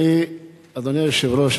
אדוני היושב-ראש,